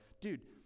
dude